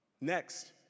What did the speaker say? Next